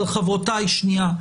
אבל חברותיי, שנייה.